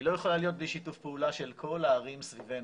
היא לא יכולה להיות בלי שיתוף פעולה של כל הערים סביבנו.